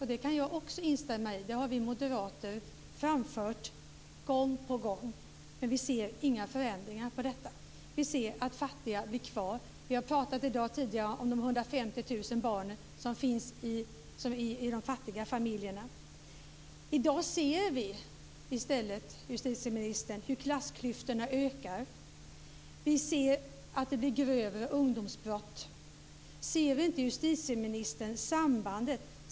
Det kan jag också instämma i. Det har vi moderater framfört gång på gång. Vi ser inga förändringar. Vi ser att fattiga finns kvar. Vi har i dag pratat om de 150 000 barn som finns i de fattiga familjerna. Vi ser i dag i stället hur klassklyftorna ökar. Det blir grövre ungdomsbrott. Ser inte justitieministern sambandet?